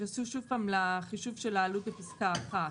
יתייחסו שוב לחישוב של העלות בפסקה (1),